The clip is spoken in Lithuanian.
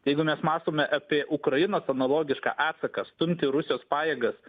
jeigu mes mąstome apie ukrainos analogišką atsaką stumti rusijos pajėgas